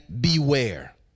beware